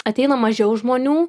ateina mažiau žmonių